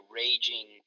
raging